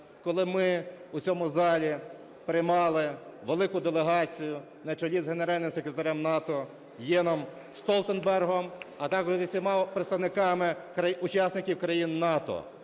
коли ми в цьому залі приймали велику делегацію на чолі з Генеральним секретарем НАТО Єнсом Столтенбергом, а також з усіма представниками учасників країн НАТО.